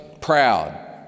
proud